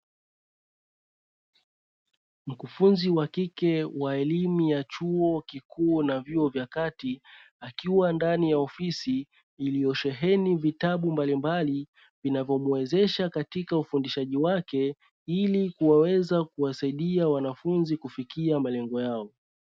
Mkufunzi wa kike wa elimu ya chuo kikuu na vyuo vya kati akiwa ndani ya ofisi iliyosheheni vitabu mbalimbali, vinavyomuezesha katika ufundishaji wake ili kuweza kuwasaidia wanafunzi kufikia malengo yao.